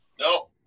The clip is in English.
no